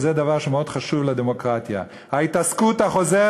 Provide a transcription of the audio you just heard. וזה דבר שמאוד חשוב לדמוקרטיה: ההתעסקות החוזרת